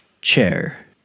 chair